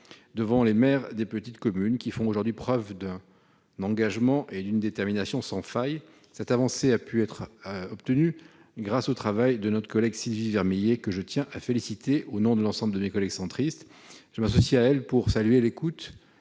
devant les maires des petites communes, qui font aujourd'hui preuve d'un engagement et d'une détermination sans faille. Cette avancée a pu être obtenue grâce au travail de notre collègue Sylvie Vermeillet, que je tiens à féliciter au nom de l'ensemble de mes collègues centristes. Je m'associe à elle pour saluer l'écoute